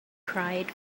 cried